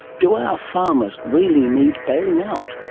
do our farmers really need bailing out?